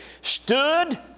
stood